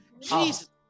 Jesus